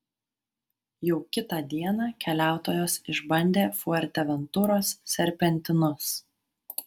jau kitą dieną keliautojos išbandė fuerteventuros serpentinus